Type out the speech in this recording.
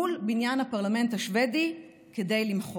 מול בניין הפרלמנט השבדי כדי למחות.